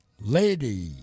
Lady